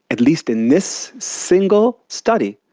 at least in this single study,